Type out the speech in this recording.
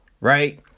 right